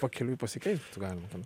pakeliui pasikeist būtų galima ten